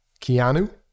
Keanu